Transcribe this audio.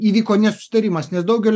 įvyko nesusitarimas nes daugeliu